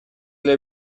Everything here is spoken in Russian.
для